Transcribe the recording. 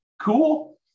Cool